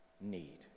need